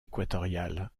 équatoriale